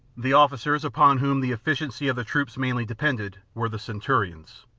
the officers upon whom the efficiency of the troops mainly depended were the centurions.